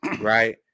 right